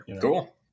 Cool